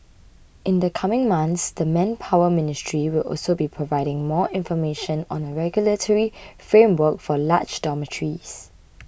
in the coming months the Manpower Ministry will also be providing more information on a regulatory framework for large dormitories